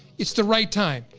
it's the right time.